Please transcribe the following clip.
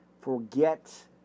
forget